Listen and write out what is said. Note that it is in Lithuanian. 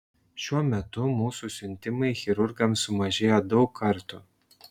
šiuo metu mūsų siuntimai chirurgams sumažėjo daug kartų